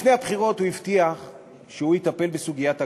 לפני הבחירות הוא הבטיח שהוא יטפל בסוגיית הגז.